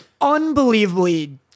unbelievably